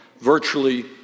virtually